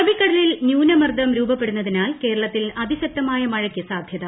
അറബിക്കടലിൽ ന്യൂനമർദ്ദം രൂപപ്പെടുന്നതിനാൽ കേരളത്തിൽ അതിശക്തമായ മഴയ്ക്ക് സാധൃത